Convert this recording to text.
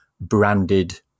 branded